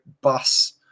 bus